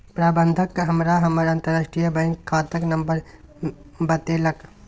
प्रबंधक हमरा हमर अंतरराष्ट्रीय बैंक खाताक नंबर बतेलक